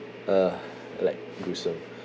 ugh like gruesome